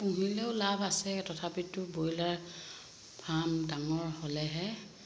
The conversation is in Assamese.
পুহিলেও লাভ আছে তথাপিতো ব্ৰইলাৰ ফাৰ্ম ডাঙৰ হ'লেহে